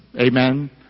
Amen